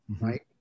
Right